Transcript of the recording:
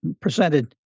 presented